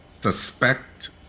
suspect